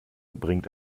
bringt